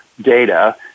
data